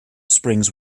springs